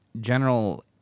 General